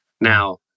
now